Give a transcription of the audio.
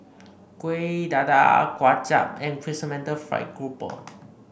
Kuih Dadar Kuay Chap and Chrysanthemum Fried Grouper